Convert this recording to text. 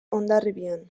hondarribian